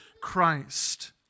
Christ